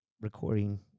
recording